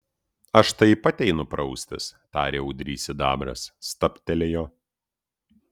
aš taip pat einu praustis tarė ūdrys sidabras stabtelėjo